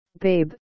Babe